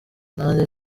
nkanjye